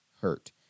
hurt